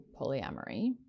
polyamory